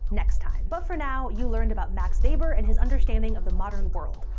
next time. but for now, you learned about max weber and his understanding of the modern world.